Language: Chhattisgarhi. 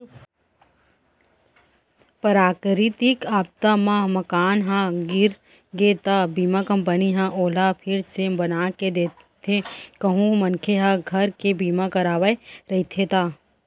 पराकरितिक आपदा म मकान ह गिर गे त बीमा कंपनी ह ओला फिर से बनाके देथे कहूं मनखे ह घर के बीमा करवाय रहिथे ता